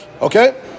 Okay